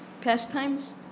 Pastimes